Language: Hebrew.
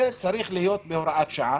זאת צריכה להיות הוראת שעה.